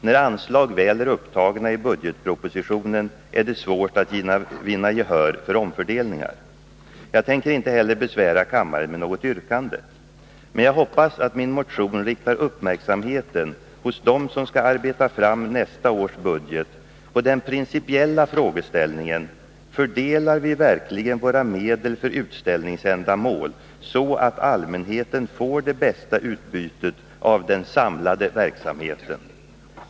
När anslag väl är upptagna i budgetpropositionen är det svårt att vinna gehör för omfördelningar. Jag tänker inte heller besvära kammaren med något yrkande. Men jag hoppas att min motion riktar uppmärksamheten hos dem, som skall arbeta fram nästa års budget, på den principiella frågeställningen: Fördelar vi verkligen våra medel för utställningsändamål så, att allmänheten får det bästa utbytet av den samlade verksamheten?